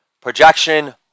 projection